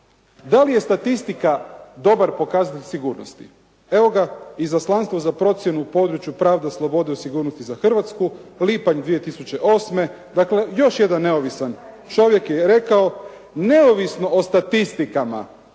Da li je statistika dobar pokazatelj sigurnosti? Evoga izaslanstvo za procjenu u području prava, slobode i sigurnosti za Hrvatsku lipanj 2008. dakle još jedan neovisan čovjek je rekao: «Neovisno o statistikama